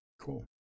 cool